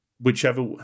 whichever